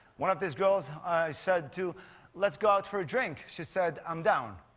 one of these girls i said to let's go out for a drink. she said i'm down.